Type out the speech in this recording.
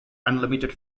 unlimited